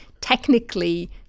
technically